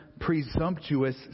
presumptuous